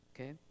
okay